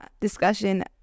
discussion